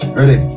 Ready